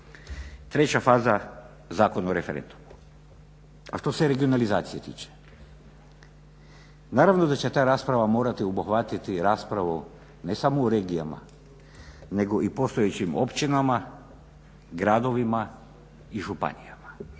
Treća faza Zakon o referendumu a što se regionalizacije tiče naravno da će ta rasprava morati obuhvatiti i raspravu ne samo u regijama, nego i postojećim općinama, gradovima i županijama.